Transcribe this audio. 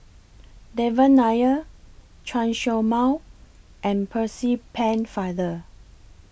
Devan Nair Chen Show Mao and Percy Pennefather